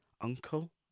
uncle